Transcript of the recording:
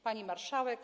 Pani Marszałek!